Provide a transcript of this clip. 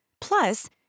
Plus